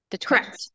correct